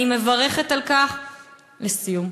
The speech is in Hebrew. לסיום,